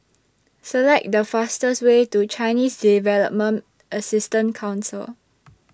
Select The fastest Way to Chinese Development Assistant Council